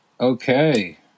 Okay